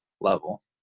level